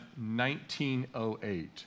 1908